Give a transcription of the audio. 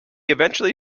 eventually